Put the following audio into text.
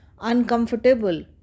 uncomfortable